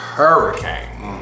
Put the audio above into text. hurricane